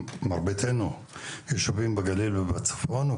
מרביתנו יושבים בגליל ובצפון,